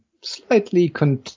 slightly